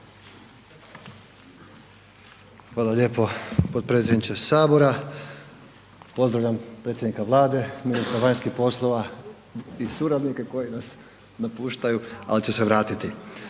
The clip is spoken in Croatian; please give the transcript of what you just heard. Hvala lijepo potpredsjedniče sabora. Pozdravljam predsjednika Vlade, ministra vanjskih poslova i suradnike koji nas napuštaju ali će se vratiti.